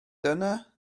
dyna